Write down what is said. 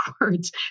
words